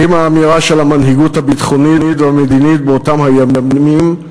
האם האמירה של המנהיגות הביטחונית והמדינית באותם הימים,